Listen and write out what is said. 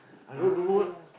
uh